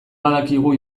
badakigu